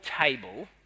table